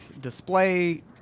display